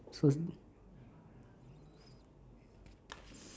so